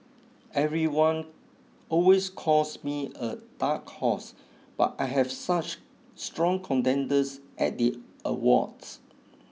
everyone always calls me a dark horse but I have such strong contenders at the awards